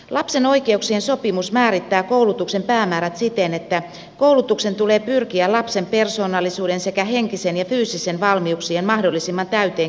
lapsen oikeuksien sopimus määrittää koulutuksen päämäärät siten että koulutuksen tulee pyrkiä lapsen persoonallisuuden sekä henkisten ja fyysisten valmiuksien mahdollisimman täyteen kehittämiseen